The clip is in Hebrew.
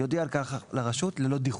יודיע על כך לרשות ללא דיחוי.